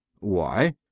Why